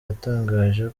yatangaje